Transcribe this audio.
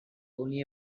only